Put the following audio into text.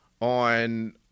on